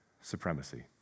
supremacy